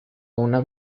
una